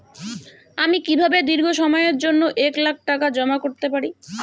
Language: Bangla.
আমি কিভাবে দীর্ঘ সময়ের জন্য এক লাখ টাকা জমা করতে পারি?